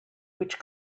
which